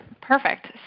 Perfect